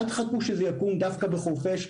אל תחכו שזה יקום דווקא בחורפיש.